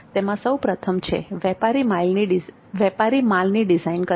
તેમાં સૌપ્રથમ છે વેપારી માલની ડિઝાઇન કરવી